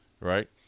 right